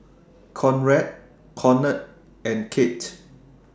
Conrad Conard and Kate